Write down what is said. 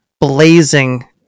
blazing